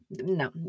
no